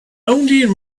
only